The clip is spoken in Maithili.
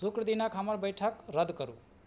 शुक्र दिनक हमर बैठक रद्द करू